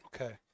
okay